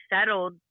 settled